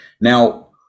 Now